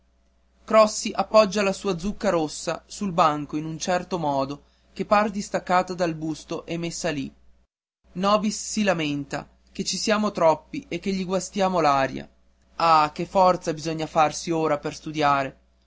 crossi appoggia la sua zucca rossa sul banco in un certo modo che par distaccata dal busto e messa lì nobis si lamenta che ci siamo troppi e che gli guastiamo l'aria ah che forza bisogna farsi ora per istudiare